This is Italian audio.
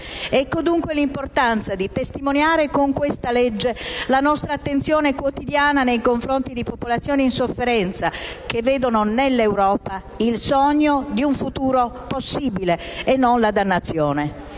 Ecco, dunque, l'importanza di testimoniare con questo provvedimento la nostra attenzione quotidiana nei confronti di popolazioni in sofferenza che vedono nell'Europa il sogno di un futuro possibile e non la dannazione.